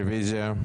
רביזיה.